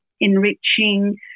enriching